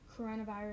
coronavirus